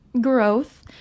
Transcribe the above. growth